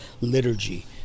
liturgy